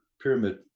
pyramid